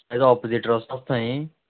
तेज्या ऑपोजीट रोस्तो आसा थंयी